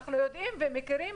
אנחנו יודעים ומכירים,